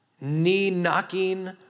knee-knocking